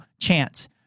chance